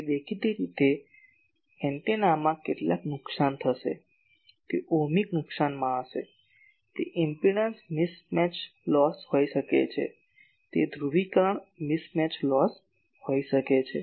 તેથી દેખીતી રીતે એન્ટેનામાં કેટલાક નુકસાન થશે તે ઓહ્મિક નુકસાનમાં હશે તે ઇમ્પેડંસ મિસમેચ લોસ હોઈ શકે છે તે ધ્રુવીકરણ મિસમેચ લોસ હોઈ શકે છે